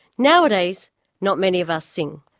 nowadays not many of us sing.